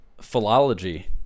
philology